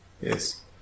Yes